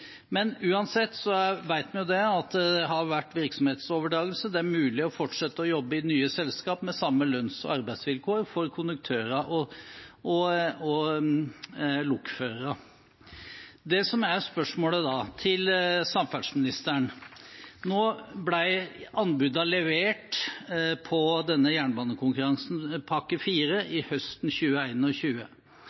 Uansett vet vi at det har vært virksomhetsoverdragelse, og det er mulig å fortsette å jobbe i nye selskaper med samme lønns- og arbeidsvilkår for konduktører og lokførere. Det som er spørsmålet til samferdselsministeren, gjelder anbudene som ble levert på